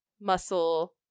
muscle